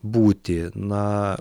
būti na